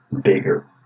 bigger